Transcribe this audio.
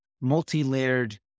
multi-layered